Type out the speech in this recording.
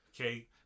Okay